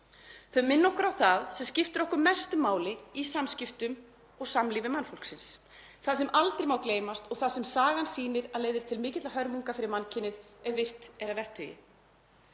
þau minna okkur á það sem skiptir okkur mestu máli í samskiptum og samlífi mannfólksins, það sem aldrei má gleymast og það sem sagan sýnir að leiðir til mikilla hörmunga fyrir mannkynið ef virt er að vettugi.